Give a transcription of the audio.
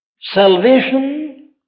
Salvation